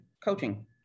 coaching